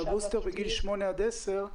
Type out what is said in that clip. בגיל שמונה עד עשר,